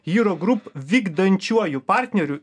juro grup vykdančiuoju partneriu